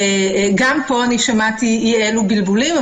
גם פה שמעתי אי-אלו בלבולים,